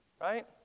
right